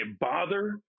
bother